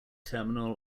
terminal